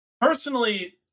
Personally